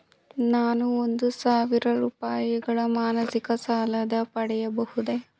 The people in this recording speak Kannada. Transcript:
ನಾನು ಒಂದು ಸಾವಿರ ರೂಪಾಯಿಗಳ ಮಾಸಿಕ ಸಾಲವನ್ನು ಪಡೆಯಬಹುದೇ?